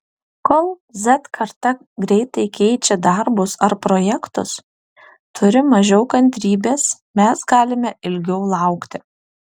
kol z karta greitai keičia darbus ar projektus turi mažiau kantrybės mes galime ilgiau laukti